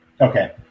Okay